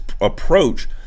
approach